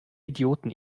idioten